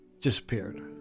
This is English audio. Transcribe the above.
disappeared